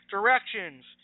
Directions